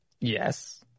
Yes